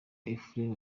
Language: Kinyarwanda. ephrem